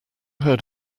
heard